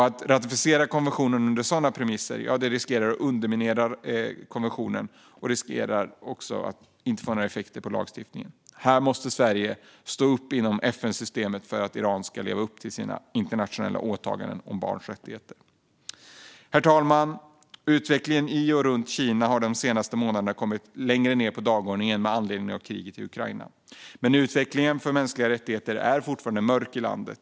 Att ratificera konventionen under sådana premisser riskerar att underminera konventionen och att innebära att den inte får några effekter på lagstiftningen. Här måste Sverige stå upp inom FN-systemet för att Iran ska leva upp till sina internationella åtaganden om barns rättigheter. Herr talman! Utvecklingen i och runt Kina har de senaste månaderna kommit längre ned på dagordningen med anledning av kriget i Ukraina. Men utvecklingen för mänskliga rättigheter är fortfarande mörk i landet.